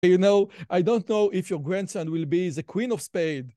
אתם יודעים, אני לא יודע אם הנכד שלכם יהיה מלכת העלים.